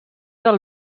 del